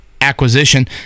Acquisition